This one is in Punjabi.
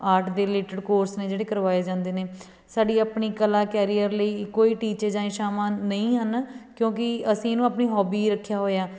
ਆਰਟ ਦੇ ਰਿਲੇਟਡ ਕੋਰਸ ਨੇ ਜਿਹੜੇ ਕਰਵਾਏ ਜਾਂਦੇ ਨੇ ਸਾਡੀ ਆਪਣੀ ਕਲਾ ਕੈਰੀਅਰ ਲਈ ਕੋਈ ਟੀਚੇ ਜਾਂ ਇਸ਼ਾਵਾਂ ਨਹੀਂ ਹਨ ਕਿਉਂਕਿ ਅਸੀਂ ਇਹਨੂੰ ਆਪਣੀ ਹੋਬੀ ਰੱਖਿਆ ਹੋਇਆ